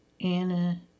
Anna